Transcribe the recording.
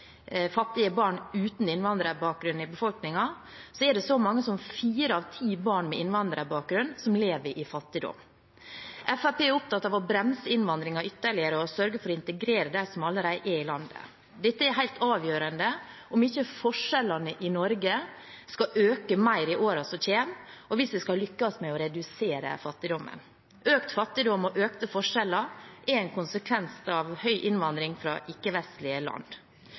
fattige barn uten innvandrerbakgrunn i befolkningen, er det så mange som fire av ti barn med innvandrerbakgrunn som lever i fattigdom. Fremskrittspartiet er opptatt av å bremse innvandringen ytterligere og sørge for å integrere dem som allerede er i landet. Dette er helt avgjørende om ikke forskjellene i Norge skal øke mer i årene som kommer, og hvis vi skal lykkes med å redusere fattigdommen. Økt fattigdom og økte forskjeller er en konsekvens av høy innvandring fra ikke-vestlige land.